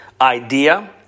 idea